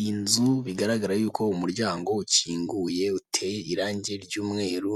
Iyi nzu bigaragara yuko umuryango ukinguye uteye irangi ry'umweru